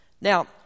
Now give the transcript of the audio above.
Now